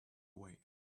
away